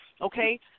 okay